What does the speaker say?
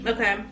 Okay